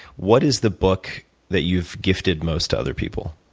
what is the book that you've gifted most to other people?